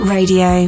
Radio